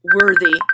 worthy